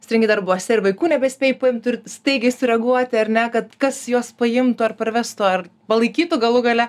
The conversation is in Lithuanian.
stringi darbuose ir vaikų nebespėji paimt staigiai sureaguoti ar ne kad kas juos paimtų ar parvestų ar palaikytų galų gale